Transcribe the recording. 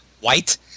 white